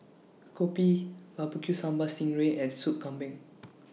Kopi Barbecue Sambal Sting Ray and Soup Kambing